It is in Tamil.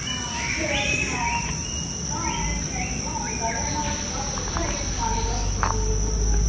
ஆ சரி ஓகேமா மொத்தம் ஐயாயிரத்து ஐந்நூறுரூவா உங்களுக்காக வேணால் ஒரு நூறுரூவா குறைச்சு ஐயாயிரத்து நாநூறுரூவா கொடுத்துகோங்கமா போதும்